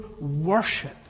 worship